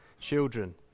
children